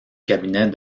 cabinet